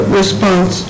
response